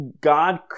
God